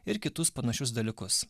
ir kitus panašius dalykus